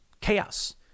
Chaos